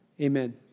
Amen